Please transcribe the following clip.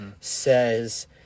says